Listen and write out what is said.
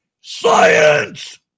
Science